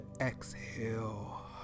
exhale